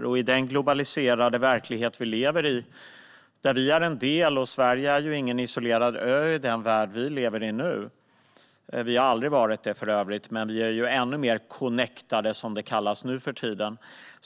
Vi är en del i den globaliserade verklighet som vi lever i. Sverige är inte någon isolerad ö i den värld som vi lever i nu. För övrigt har vi aldrig varit det. Men när vi är ännu mer connectade, som det kallas nu för tiden,